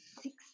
six